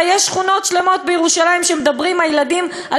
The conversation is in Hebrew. הרי יש שכונות שלמות בירושלים שהילדים מדברים,